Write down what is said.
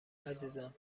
عزیزم